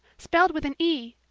spelled with an e,